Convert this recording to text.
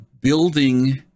building